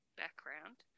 background